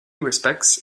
respects